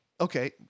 Okay